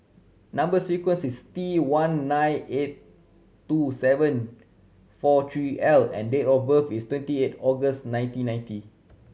number sequence is T one nine eight two seven four three L and date of birth is twenty eight August nineteen ninety